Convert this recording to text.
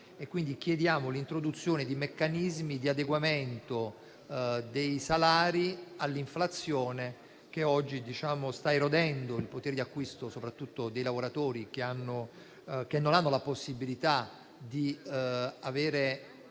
quest'ottica l'introduzione di meccanismi di adeguamento dei salari all'inflazione che oggi sta erodendo il potere di acquisto soprattutto dei lavoratori che non hanno la possibilità di avere